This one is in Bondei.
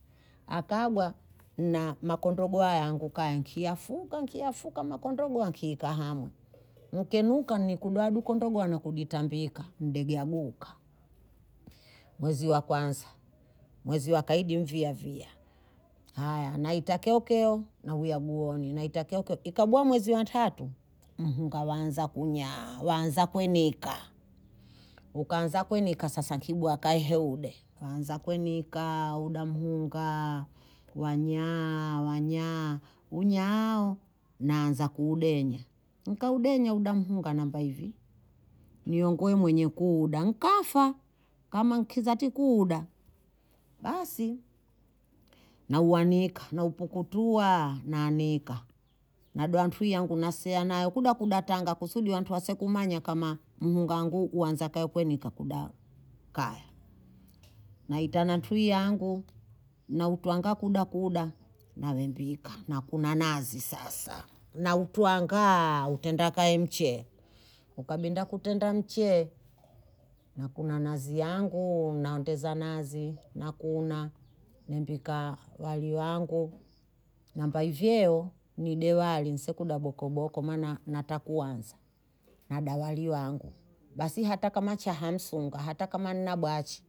Akawa na makontrogu wangu kaya nkiafuka, nkiafuka, makontrogu wangu ikahamu. Mkenuka ni kuduadu kontrogu wangu kuditambika, mdegia guka. Mweziwa kwanza, mweziwa kaidi mvya vya. Naitakeokeo na uyaguoni, naitakeokeo. Ikabuwa mweziwa hatatu, mga wanza kunya, wanza kwenika. Ukanza kwenika sasa kibu wakaihe ude. Wanza kwenika, uda mhunga, wanya, wanya, unya. Na anza kuhudenya. Nika hudenya, uda mhunga na mbaivi. Niyongwe mwenye kuda. Nkafa, kama nkizati kuda. Basi. Na uwanika, na upukutua, na anika. Na doantuyu yangu nasena. Na ukuda kudatanga kusuli wantu wasekumanya kama mhunga angu. Na uwanza kwenika kuda kaya. Na itanatuyi yangu. Na utuanga kuda kuda na mbika. Na kuna nazi sasa. Na utuangaaa utendaka mche. Ukabinda kutenda mche. Na kuna nazi yangu. Na unteza nazi. Na kuna mbika wali wangu. Na mbaivyeo nide wali. Nsekuda boko boko. Mana natakuanza. Na dawali wangu. Basi hata kama chahamsunga. Hata kama nabaji.